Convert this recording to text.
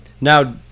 Now